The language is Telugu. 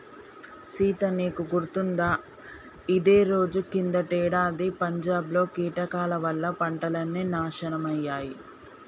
సీత నీకు గుర్తుకుందా ఇదే రోజు కిందటేడాది పంజాబ్ లో కీటకాల వల్ల పంటలన్నీ నాశనమయ్యాయి